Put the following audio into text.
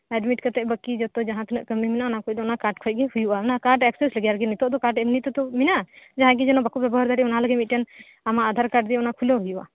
admit ᱠᱟᱛᱮ ᱵᱟᱹᱠᱤ ᱡᱚᱛᱚ ᱡᱟᱛᱤᱱᱟᱹᱜ ᱠᱟᱹᱢᱤ ᱢᱮᱱᱟᱜᱼᱟ ᱚᱱᱟ ᱠᱟᱨᱰ ᱠᱷᱚᱡ ᱜᱮ ᱦᱩᱭᱩᱜᱼᱟ ᱚᱱᱟ ᱠᱟᱨᱰ ᱮᱠᱥᱮᱥ ᱜᱮᱭᱟ ᱱᱤᱛᱚᱜ ᱫᱚ ᱠᱟᱨᱰ ᱮᱢᱤᱛᱮ ᱛᱳ ᱢᱮᱱᱟᱜᱼᱟ ᱡᱟᱸᱦᱟᱭ ᱜᱮ ᱡᱮᱱᱳ ᱵᱟᱠᱚ ᱵᱮᱵᱳᱦᱟᱨ ᱫᱟᱲᱮᱭᱟᱜ ᱚᱱᱟ ᱞᱟᱹᱜᱤᱫ ᱢᱤᱴᱟᱝ ᱟᱢᱟᱜ ᱟᱫᱷᱟᱨ ᱠᱟᱨᱰ ᱫᱤᱭᱮ ᱚᱱᱟ ᱠᱷᱩᱞᱟᱹᱣ ᱦᱩᱭᱩᱜᱼᱟ